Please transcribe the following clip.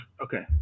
Okay